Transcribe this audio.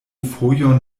fojon